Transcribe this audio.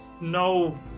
no